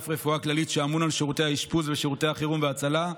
לאגף רפואה כללית שאמון על שירותי האשפוז ושירותי החירום וההצלה,